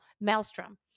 maelstrom